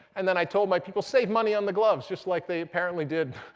and then i told my people, save money on the gloves, just like they apparently did.